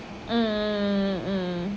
mm mm mm mm mm